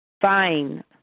fine